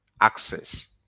access